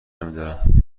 میدارم